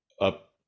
up